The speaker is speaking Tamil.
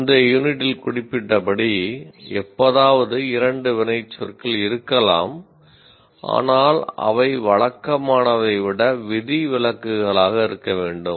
முந்தைய யூனிட்டில் குறிப்பிட்டபடி எப்போதாவது இரண்டு வினைச்சொற்கள் இருக்கலாம் ஆனால் அவை வழக்கமானதை விட விதிவிலக்குகளாக இருக்க வேண்டும்